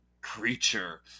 creature